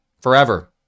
Forever